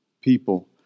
people